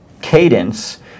cadence